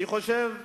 אני חושב,